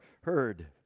heard